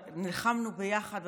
נלחמנו ביחד,